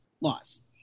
laws